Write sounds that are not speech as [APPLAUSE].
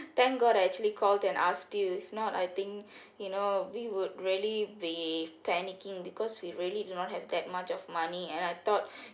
thank god I actually call and ask you if not I think [BREATH] you know we would really be panicking because we really do not have that much of money and I thought [BREATH]